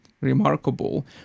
remarkable